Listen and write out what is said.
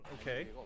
Okay